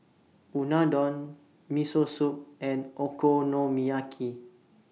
Unadon Miso Soup and Okonomiyaki